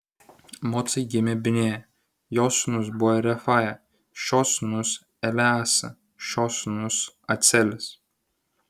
mocai gimė binėja jo sūnus buvo refaja šio sūnus eleasa šio sūnus acelis